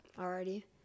Already